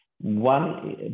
One